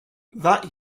that